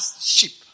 sheep